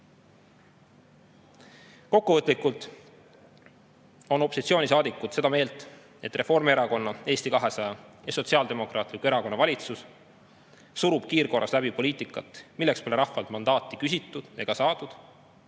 Kokkuvõtlikult on opositsioonisaadikud seda meelt, et Reformierakonna, Eesti 200 ja Sotsiaaldemokraatliku Erakonna valitsus surub kiirkorras läbi poliitikat, milleks pole rahvalt mandaati küsitud ega saadud